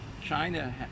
China